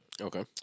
Okay